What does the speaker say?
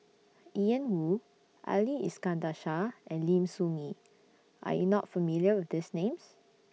Ian Woo Ali Iskandar Shah and Lim Soo Ngee Are YOU not familiar with These Names